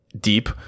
deep